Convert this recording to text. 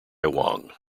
wong